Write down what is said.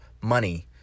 money